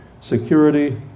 security